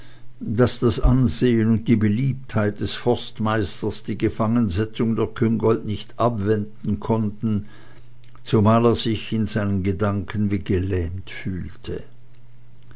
daß das ansehen und die beliebtheit des forstmeisters die gefangensetzung der küngolt nicht abwenden konnten zumal er sich in seinen gedanken wie gelähmt fühlte